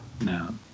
No